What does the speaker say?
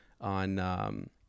on